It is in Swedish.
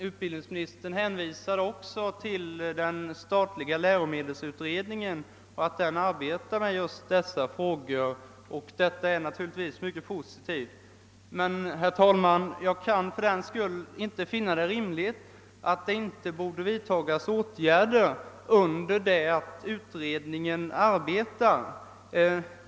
Utbildningsministern hänvisade till att den statliga läroboksutredningen arbetar med just dessa frågor, vilket naturligtvis är mycket positivt. Men jag kan fördenskull inte finna det rimligt att det inte skulle vidtagas åtgärder under det att utredningen arbetar.